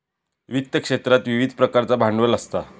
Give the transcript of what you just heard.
वित्त क्षेत्रात विविध प्रकारचा भांडवल असता